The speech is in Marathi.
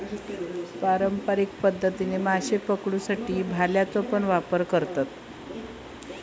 पारंपारिक पध्दतीन माशे पकडुसाठी भाल्याचो पण वापर करतत